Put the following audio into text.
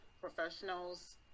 professionals